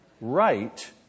right